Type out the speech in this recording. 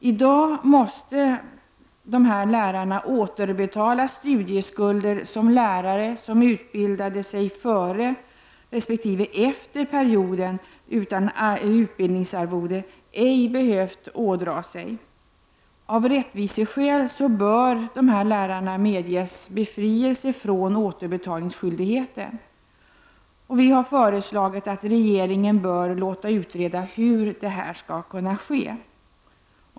I dag måste dessa lärare återbetala studieskulder som lärare som utbildade sig före resp. efter perioden utan utbildningsarvode inte behövt ådra sig. Av rättviseskäl bör dessa lärare medges befrielse från återbetalningsskyldigheten. Vi har föreslagit att regeringen skall låta utreda hur det skall kunna ske.